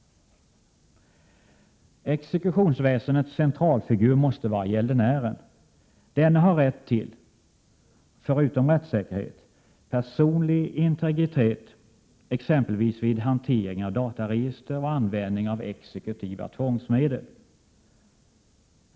Exekutionsväsendets centralfigur måste vara gäldenären. Denne har rätt till — förutom rättssäkerhet — personlig integritet exempelvis vid hantering av dataregister och användning av exekutiva tvångsmedel.